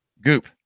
goop